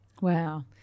Wow